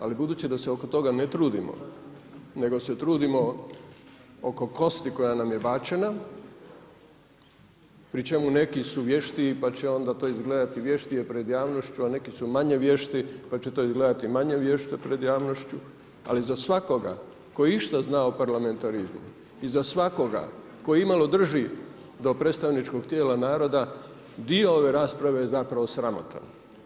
Ali budući da se oko toga ne trudimo, nego se trudimo oko kosti koja nam je bačena pri čemu neki su vještiji pa će onda to izgledati vještije pred javnošću a neki su manje vještiji pa će to izgledati manje vješto pred javnošću, ali za svakoga koji išta zna o parlamentarizmu i za svakoga koji imalo drži do predstavničkog tijela naroda, dio ove rasprave je zapravo sramotan.